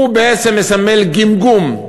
הוא בעצם מסמל גמגום.